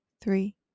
three